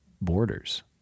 borders